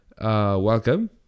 welcome